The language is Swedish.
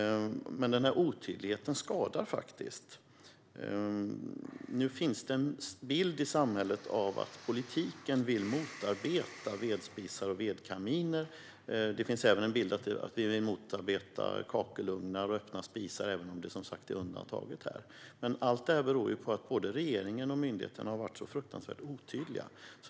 Denna otydlighet skadar faktiskt. Nu finns det en bild i samhället av att politiken vill motarbeta vedspisar och vedkaminer. Det finns även en bild av att vi vill motarbeta kakelugnar och öppna spisar, även om det som sagt finns undantag där. Men allt detta beror ju på att både regeringen och myndigheten har varit fruktansvärt otydliga.